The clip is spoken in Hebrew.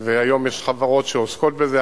והיום יש חברות שעוסקות בזה.